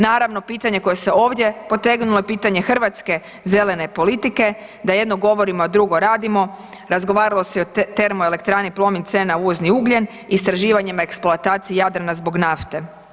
Naravno, pitanje koje se ovdje potegnulo je pitanje hrvatske zelene politike, da jedno govorimo, a drugo radimo, razgovaralo se i o termoelektrani Plomin C na uvozni ugljen, istraživanjem i eksploataciji Jadrana zbog nafte.